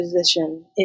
position